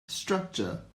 structure